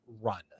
Run